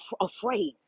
afraid